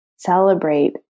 celebrate